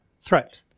threat